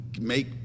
make